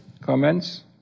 Comments